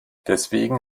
deswegen